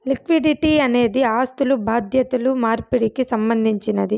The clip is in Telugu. లిక్విడిటీ అనేది ఆస్థులు బాధ్యతలు మార్పిడికి సంబంధించినది